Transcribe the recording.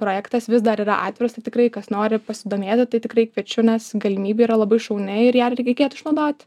projektas vis dar yra atviras tai tikrai kas nori pasidomėti tai tikrai kviečiu nes galimybė yra labai šauni ir ją ir reikėtų išnaudoti